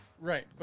Right